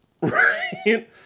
Right